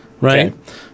right